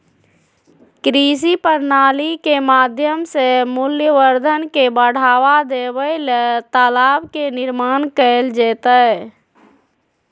कृषि प्रणाली के माध्यम से मूल्यवर्धन के बढ़ावा देबे ले तालाब के निर्माण कैल जैतय